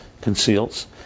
conceals